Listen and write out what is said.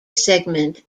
segment